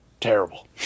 terrible